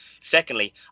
Secondly